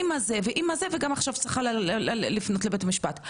עם הזה ועם הזה וגם עכשיו צריכה לפנות לבית משפט,